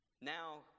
now